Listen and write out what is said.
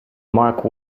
mark